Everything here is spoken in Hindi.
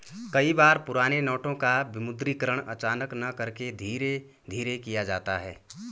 कई बार पुराने नोटों का विमुद्रीकरण अचानक न करके धीरे धीरे किया जाता है